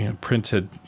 printed